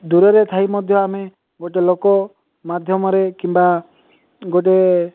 ଦୂରରେ ଥାଇ ମଧ୍ୟ ଆମେ ଗୋଟେ ଲୋକ ମାଧ୍ୟମରେ କିମ୍ବା ଗୋଟେ